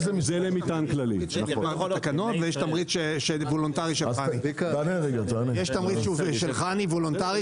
יש תמריץ של חנ"י שהוא וולונטרי,